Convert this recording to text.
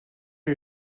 les